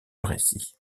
récit